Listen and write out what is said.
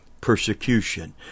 persecution